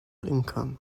income